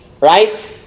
right